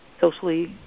socially